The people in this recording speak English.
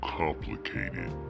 complicated